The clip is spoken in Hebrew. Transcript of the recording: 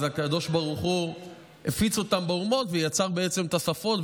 אז הקדוש ברוך הוא הפיץ אותם באומות ויצר את השפות,